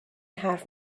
حرف